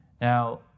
Now